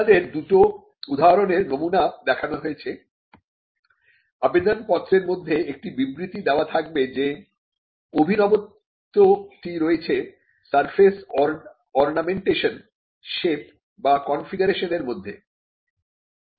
আপনাদের দুটি উদাহরনের নমুনা দেখানো হয়েছে আবেদনপত্রের মধ্যে একটি বিবৃতি দেওয়া থাকবে যে অভিনবত্ব টি রয়েছে সারফেসঅর্ণমেন্টেশন শেপ বা কনফিগারেশনের মধ্যে